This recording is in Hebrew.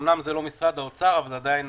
אמנם זה לא משרד האוצר אבל זה עדיין